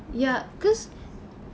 ya cause